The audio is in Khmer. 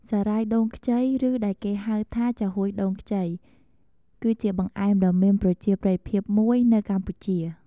សារាយដូងខ្ចី ឬដែលគេនិយមហៅថា ចាហួយដូងខ្ចី គឺជាបង្អែមដ៏មានប្រជាប្រិយភាពមួយនៅកម្ពុជា។